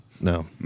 No